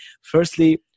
Firstly